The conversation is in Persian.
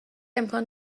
امکان